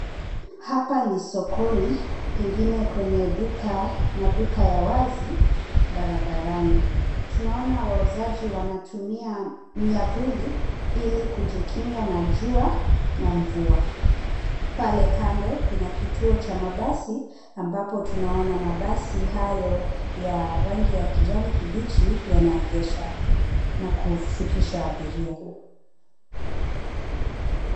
Hapa ni sokoni pengine kwenye duka , maduka ya wazi barabarani. Tunaona wauzaji wanatumia miavuli ili kujikinga na jua na mvua. Pale kando kuna kituo cha mabasi ambapo tunaona mabasi hayo ya rangi ya kijani kibichi yanaegesha na kushukisha abiria.